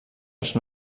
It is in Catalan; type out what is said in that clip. els